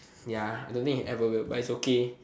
ya I don't think it's ever good but it's okay